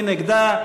מי נגדה?